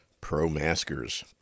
pro-maskers